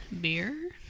beer